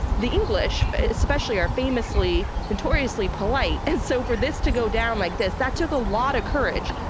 the english but especially are famously notoriously polite. and so for this to go down like this, that took a lot of courage,